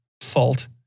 fault